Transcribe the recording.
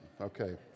okay